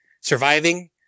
surviving